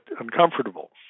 uncomfortable